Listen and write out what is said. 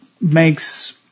makes